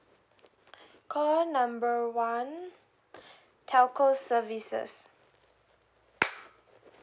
call number one telco services